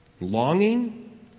longing